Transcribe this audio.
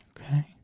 Okay